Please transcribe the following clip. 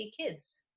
Kids